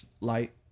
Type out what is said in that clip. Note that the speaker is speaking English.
light